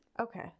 Okay